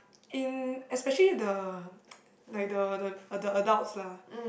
in especially the like the the the adults lah